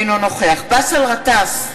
אינו נוכח באסל גטאס,